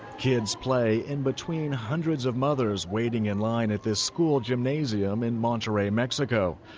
kids play in between hundreds of mothers waiting in line at this school gymnasium in monterrey, mexico.